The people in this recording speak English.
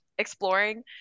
exploring